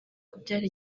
kubyara